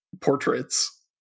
portraits